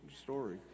story